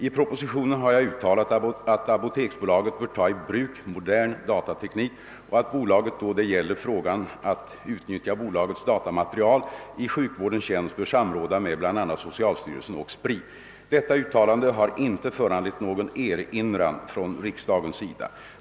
I propositionen har jag uttalat att apoteksbolaget bör ta i bruk modern datateknik och att bolaget då det gäller frågan att utnyttja bolagets datamaterial i sjukvårdens tjänst bör samråda med bl.a. socialstyrelsen och SPRI. Detta uttalande har inte föranlett någon erinran från riksdagens sida.